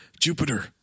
Jupiter